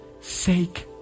sake